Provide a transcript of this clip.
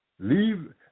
leave